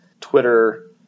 twitter